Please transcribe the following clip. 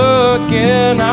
again